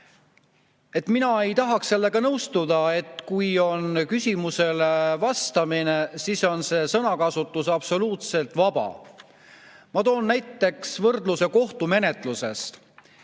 Mina ei tahaks nõustuda, et kui on küsimusele vastamine, siis on sõnakasutus absoluutselt vaba. Ma toon näiteks võrdluse kohtumenetlusest.